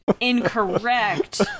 Incorrect